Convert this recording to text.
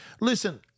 Listen